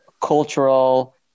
cultural